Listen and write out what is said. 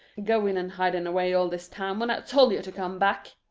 going and hiding away all this time, when i told yer to come back!